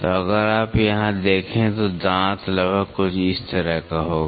तो अगर आप यहां देखें तो दांत लगभग कुछ इस तरह का होगा